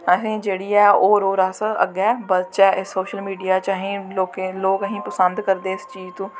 असें जेह्ड़ी ऐ होर होर अस अग्गैं बधचै सोशल मीडिया बिच्च असें लोग असें पसंद करदे लोक